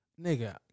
nigga